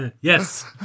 Yes